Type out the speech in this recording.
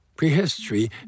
Prehistory